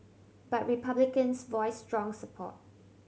but Republicans voice strong support